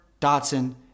Dotson